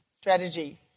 Strategy